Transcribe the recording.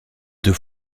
deux